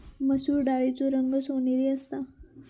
मसुर डाळीचो रंग सोनेरी असता